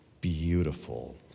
beautiful